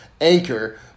anchor